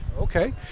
Okay